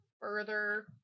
further